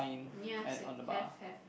ya sad have have